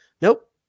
Nope